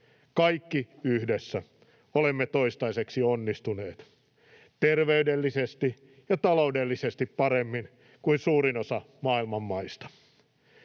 kaikki yhdessä, olemme toistaiseksi onnistuneet terveydellisesti ja taloudellisesti paremmin kuin suurin osa maailman maista.